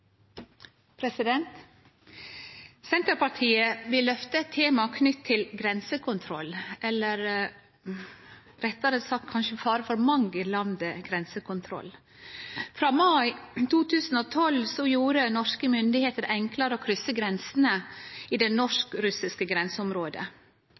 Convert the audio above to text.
Senterpartiet vil løfte fram eit tema knytt til grensekontroll eller rettare sagt – kanskje fare for manglande grensekontroll. Frå mai 2012 gjorde norske myndigheiter det enklare å krysse grensene i det